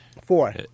Four